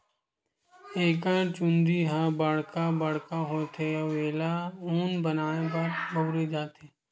एकर चूंदी ह बड़का बड़का होथे अउ एला ऊन बनाए बर बउरे जाथे